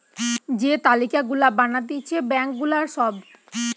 যে তালিকা গুলা বানাতিছে ব্যাঙ্ক গুলার সব